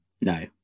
no